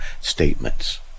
statements